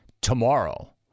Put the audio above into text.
tomorrow